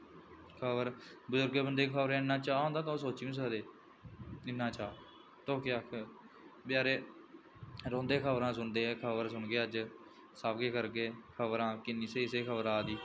खबर बजुर्गें बंदे गी खबरें दा इन्ना चाऽ होंदा तुस सोची बी नी सकदे इन्ना चाऽ तुस केह् आखगे बचैरे रौंह्दे खबरां सुनदे खबर सुनगे अज्ज सब किश करगे खबरां किन्नी स्हेई स्हेई खबर आ दी